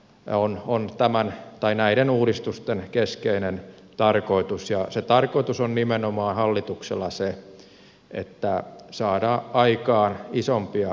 ja onhan tämä mikä on näiden uudistusten keskeinen tarkoitus ja se tarkoitus on hallituksella nimenomaan se että saadaan aikaan isompia kuntayksiköitä